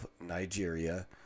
Nigeria